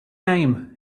name